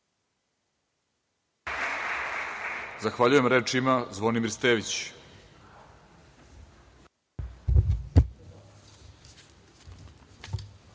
Zahvaljujem. Reč ima Zvonimir Stević.